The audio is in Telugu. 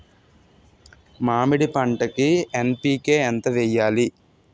మామిడి పంటకి ఎన్.పీ.కే ఎంత వెయ్యాలి?